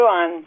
on